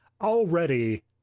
already